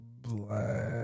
Black